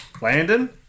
Landon